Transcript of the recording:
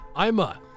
Ima